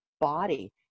body